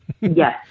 Yes